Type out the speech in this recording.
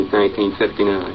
1959